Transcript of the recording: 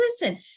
listen